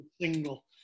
single